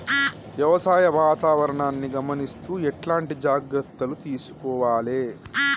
వ్యవసాయ వాతావరణాన్ని గమనిస్తూ ఎట్లాంటి జాగ్రత్తలు తీసుకోవాలే?